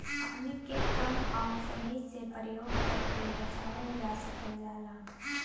पानी के कम आउर सही से परयोग करके बचावल जा सकल जाला